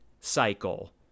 cycle